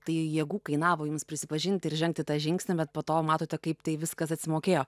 tai jėgų kainavo jums prisipažinti ir žengti tą žingsnį bet po to matote kaip tai viskas atsimokėjo